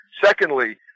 Secondly